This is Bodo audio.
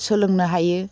सोलोंनो हायो